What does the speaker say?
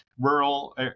rural